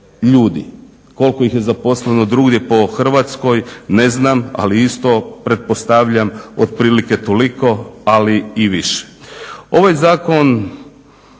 Koliko ih je zaposleno drugdje po Hrvatskoj ne znam, ali isto pretpostavljam otprilike toliko ali i više.